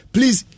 Please